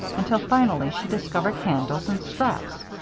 until finally she discovered handles and straps.